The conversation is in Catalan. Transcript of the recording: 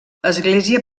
església